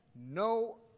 No